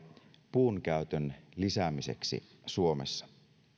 puunkäytön lisäämiseksi suomessa